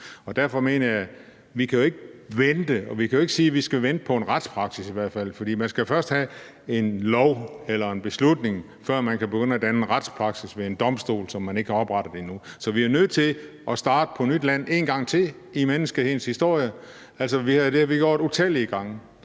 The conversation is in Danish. fald ikke sige, at vi skal vente på en retspraksis, for man skal først have en lov eller en beslutning, før man kan begynde at danne en retspraksis ved en domstol, og den er ikke oprettet endnu. Så vi er nødt til at træde ud på nyt land en gang til i menneskehedens historie. Altså, det har vi gjort utallige gange.